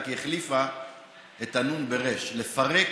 רק היא החליפה את הנו"ן ברי"ש: לפרק,